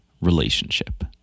relationship